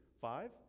five